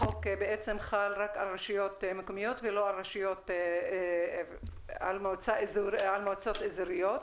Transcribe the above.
החוק בעצם חל רק על רשויות מקומיות ולא על מועצות אזוריות.